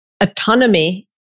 autonomy